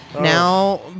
Now